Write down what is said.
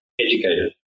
educated